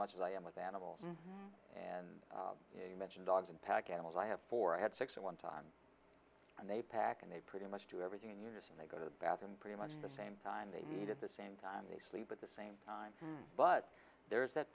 much as i am with animals and you mention dogs and pack animals i have four i had six and one time and they pack and they pretty much do everything in unison they go to the bathroom pretty much the same time they need at the same time they sleep at the same time but there is that